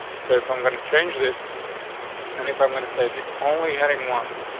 so if i'm going to change this and if i'm gonna say onley heading ones,